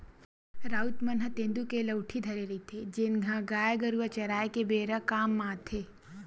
राउत मन ह तेंदू के लउठी धरे रहिथे, जेन ह गाय गरुवा चराए के बेरा काम म आथे